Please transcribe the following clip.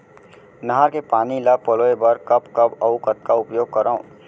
नहर के पानी ल पलोय बर कब कब अऊ कतका उपयोग करंव?